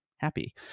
happy